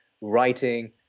writing